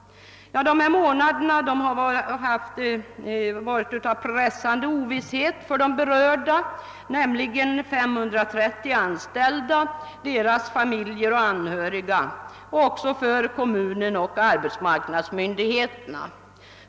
De senaste månaderna har varit fyllda av pressande ovisshet för de berörda, nämligen 530 anställda, deras familjer och anhöriga samt för kommunen och arbetsmarknadsmyndigheterna.